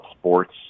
sports